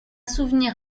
souvenir